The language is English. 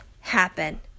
happen